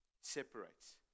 separates